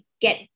get